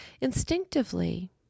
Instinctively